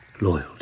loyalty